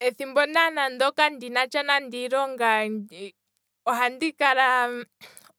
Ethimbo ngaa ndoka kandina tsha nande iilonga,